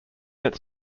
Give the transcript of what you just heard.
its